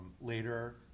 Later